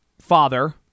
father